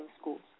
Schools